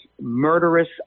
murderous